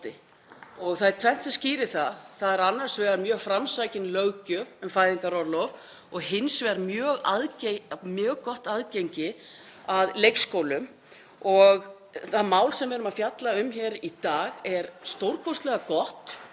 Það er tvennt sem skýrir það, það er annars vegar mjög framsækin löggjöf um fæðingarorlof og hins vegar mjög gott aðgengi að leikskólum. Það mál sem við erum að fjalla um hér í dag er stórkostlega gott.